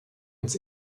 uns